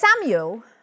Samuel